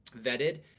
vetted